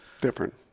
different